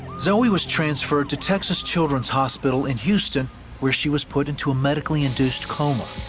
zoe was transferred to texas children's hospital in houston where she was put into a medically induced coma.